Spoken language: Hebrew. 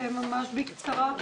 -- להציג ממש בקצרה.